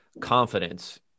confidence